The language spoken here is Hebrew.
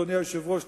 אדוני היושב-ראש,